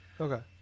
okay